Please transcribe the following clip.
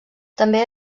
també